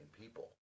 people